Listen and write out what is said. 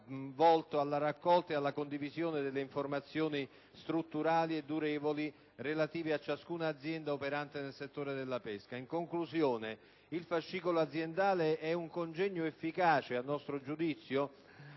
volto alla raccolta e alla condivisione delle informazioni strutturali e durevoli relative a ciascuna azienda operante nel settore della pesca. In conclusione, il fascicolo aziendale è un congegno efficace, a nostro giudizio,